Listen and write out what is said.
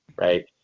right